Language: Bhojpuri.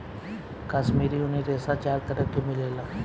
काश्मीरी ऊनी रेशा चार तरह के मिलेला